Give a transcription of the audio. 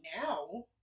now